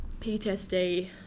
PTSD